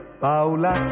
Paula